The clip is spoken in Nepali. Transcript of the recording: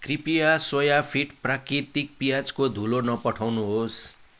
कृपया सोयफिट प्राकृतिक पियाजको धुलो नपठाउनुहोस्